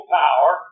power